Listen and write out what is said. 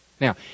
Now